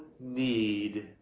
need